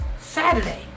Saturday